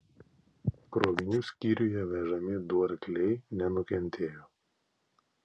krovinių skyriuje vežami du arkliai nenukentėjo